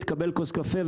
תקבל כוס קפה,